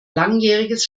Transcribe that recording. langjähriges